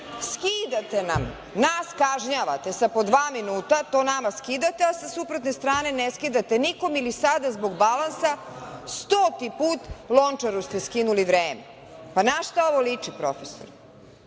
skidate nam, nas kažnjavate sa po dva minuta, to nama skidate, a sa suprotne strane ne skidate nikom ili sada zbog balansa stoti put Lončaru ste skinuli vreme. Pa, na šta ovo liči profesore? Vi